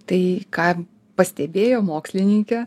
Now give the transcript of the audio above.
tai ką pastebėjo mokslininkė